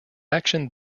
action